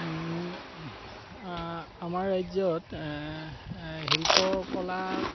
আমাৰ ৰাজ্যত শিল্প কলা